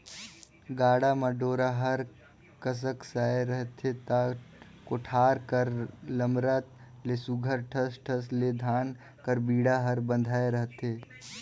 गाड़ा म डोरा हर कसकसाए रहथे ता कोठार कर लमरत ले सुग्घर ठस ठस ले धान कर बीड़ा हर बंधाए रहथे